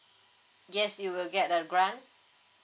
yes you will get a grant